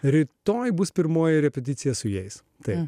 rytoj bus pirmoji repeticija su jais tai